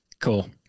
Cool